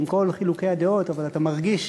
עם כל חילוקי הדעות אתה מרגיש,